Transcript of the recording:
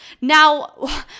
Now